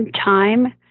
time